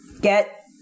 get